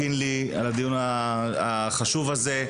לקינלי על הדיון החשוב הזה.